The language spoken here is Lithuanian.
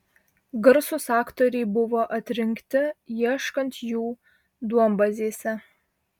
garsūs aktoriai buvo atrinkti ieškant jų duombazėse